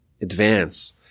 advance